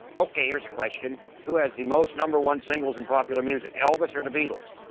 ok, here's a question. who has the most number one singles in popular music? elvis or the beatles?